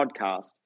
podcast